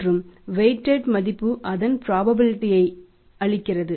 மற்றும் வைடிட் மதிப்பு அதன் ப்ராபபிலிடீ ஐ அளிக்கிறது